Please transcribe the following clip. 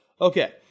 Okay